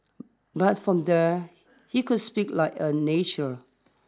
but from there he could speak like a nature